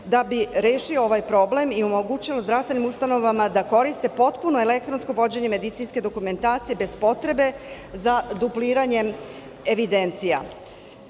da bi rešio ovaj problem i omogućilo zdravstvenim ustanovama da koriste potpuno elektronsko vođenje medicinske dokumentacije bez potrebe za dupliranjem evidencija? Vođenje